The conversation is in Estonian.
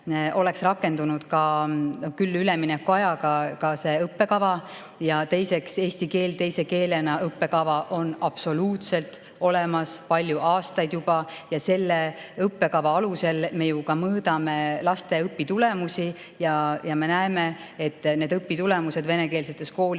oleks rakendunud, küll üleminekuajaga, ka see õppekava. Ja teiseks, eesti keel teise keelena – see õppekava on absoluutselt olemas, palju aastaid juba. Selle õppekava alusel me ju ka mõõdame laste õpitulemusi ja me näeme, et need õpitulemused venekeelsetes koolides